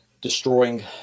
destroying